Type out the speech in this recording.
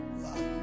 love